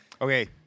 Okay